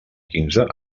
quinze